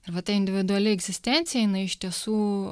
ir va ta individuali egzistencija jinai iš tiesų